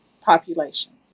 population